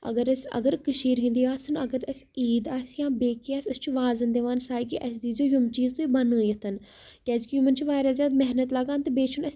اگر أسۍ اگر کٔشیٖرِ ہِنٛدی آسان اگر أسۍ عیٖد آسہِ یا بیٚیہِ کینٛہہ آسہِ أسۍ چھِ وازَن دِوان ساے کہِ اَسہِ دِیٖزیو یِم چیٖز تُہۍ بَنٲیِتھ کیٛازِکہِ یِمَن چھِ واریاہ زیادٕ محنت لگان تہٕ بیٚیہِ چھُنہٕ اَسہِ